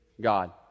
God